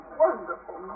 wonderful